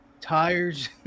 tires